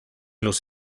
los